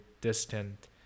distant